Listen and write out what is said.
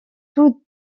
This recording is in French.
tout